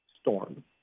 storm